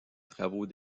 travaux